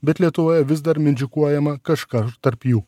bet lietuvoje vis dar mindžikuojama kažkar tarp jų